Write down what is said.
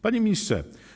Panie Ministrze!